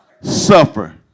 suffer